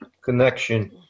connection